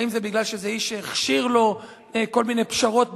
האם מפני שזה איש שהכשיר לו כל מיני פשרות בעבר,